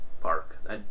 Park